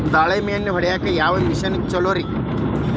ದಾಳಿಂಬಿಗೆ ಎಣ್ಣಿ ಹೊಡಿಯಾಕ ಯಾವ ಮಿಷನ್ ಛಲೋರಿ?